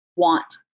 want